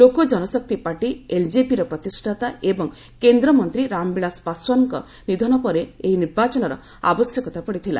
ଲୋକ ଜନଶକ୍ତି ପାର୍ଟି ଏଲ୍ଜେପିର ପ୍ରତିଷ୍ଠାତା ଏବଂ କେନ୍ଦ୍ରମନ୍ତ୍ରୀ ରାମବିଳାସ ପାଶ୍ୱାନଙ୍କ ନିଧନ ପରେ ଏହି ନିର୍ବାଚନର ଆବଶ୍ୟକତା ପଡ଼ିଥିଲା